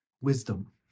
wisdom